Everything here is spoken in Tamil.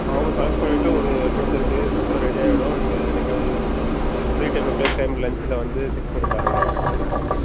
அவங்க கலெக்ட் பண்ணிவிட்டு ஒரு டூ த்ரீ டேஸ்க்குள்ள ரெடி ஆகிடும் நீங்கள் என்னைக்காவது ஃப்ரீ டைமில் ப்ரேக் டைம் லன்சில் வந்து செக் பண்ணிப் பாருங்க ஸ்டேட்டஸ் என்னென்னு